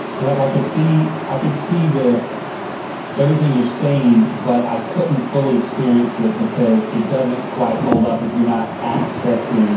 and like i could see, i could see the everything you're saying, but i couldn't fully experience it because it doesn't quite hold up if you're not accessing